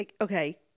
okay